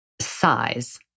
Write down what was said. size